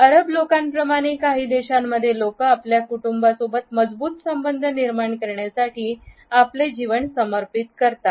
अरब लोकांप्रमाणे काही देशांमध्ये लोक आपल्या कुटुंबासोबत मजबूत संबंध निर्माण करण्यासाठी आपले जीवन समर्पित करतात